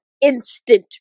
instant